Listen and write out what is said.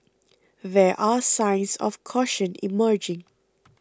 there are signs of caution emerging